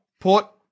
Port